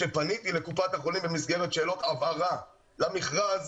כשפניתי לקופת החולים במסגרת שאלות הבהרה למכרז,